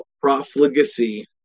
profligacy